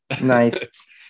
Nice